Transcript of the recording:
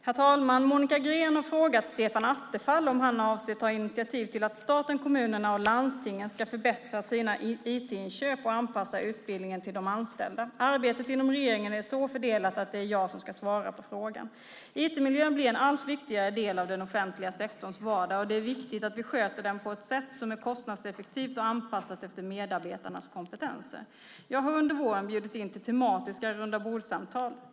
Herr talman! Monica Green har frågat Stefan Attefall om han avser att ta initiativ till att staten, kommunerna och landstingen ska förbättra sina IT-inköp och anpassa utbildningen till de anställda. Arbetet inom regeringen är så fördelat att det är jag som ska svara på frågan. IT-miljön blir en allt viktigare del av den offentliga sektorns vardag och det är viktigt att vi sköter den på ett sätt som är kostnadseffektivt och anpassat efter medarbetarnas kompetenser. Jag har under våren bjudit in till tematiska rundabordssamtal.